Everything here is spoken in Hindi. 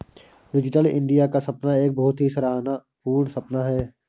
डिजिटल इन्डिया का सपना एक बहुत ही सराहना पूर्ण सपना है